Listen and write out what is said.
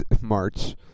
March